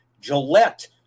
Gillette